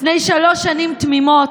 לפני שלוש שנים תמימות,